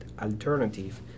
alternative